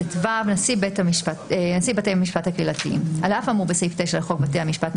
220טו.נשיא בתי המשפט הקהילתיים על אף המור בסעיף 9 לחוק בתי המשפט,